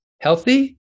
healthy